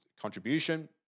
contribution